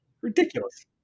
Ridiculous